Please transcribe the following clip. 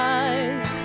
eyes